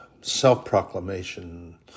self-proclamation